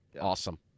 awesome